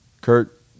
Kurt